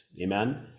amen